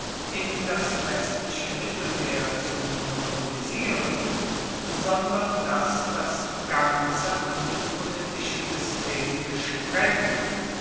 in das westliche mittelmeer zu monopolisieren sondern dass das ganze handelspolitische system gesprengt